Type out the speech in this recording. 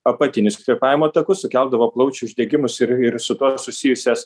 apatinius kvėpavimo takus sukeldavo plaučių uždegimus ir ir su tuo susijusias